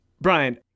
Brian